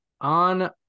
on